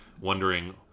Wondering